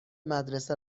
مدرسه